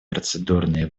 процедурные